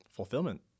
fulfillment